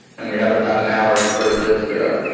and we have about an hour before the kids get up.